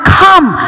come